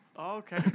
Okay